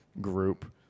group